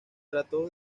trató